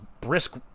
brisk